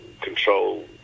control